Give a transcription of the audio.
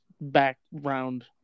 background